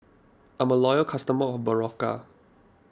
I'm a loyal customer of Berocca